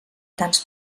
tants